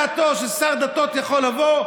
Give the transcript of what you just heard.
העלה על דעתו ששר דתות יכול לבוא,